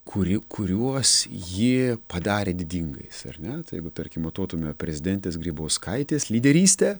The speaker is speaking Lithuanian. kuri kuriuos ji padarė didingais ar ne tai jeigu tarkim matuotume prezidentės grybauskaitės lyderystę